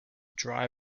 dry